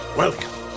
welcome